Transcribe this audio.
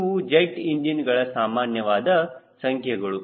ಇವು ಜೆಟ್ ಇಂಜಿನ್ಗಳ ಸಾಮಾನ್ಯವಾದ ಸಂಖ್ಯೆಗಳು